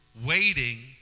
waiting